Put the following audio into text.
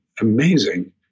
amazing